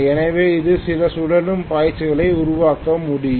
எனவே இது சில சுழலும் பாய்ச்சலை உருவாக்க முடியும்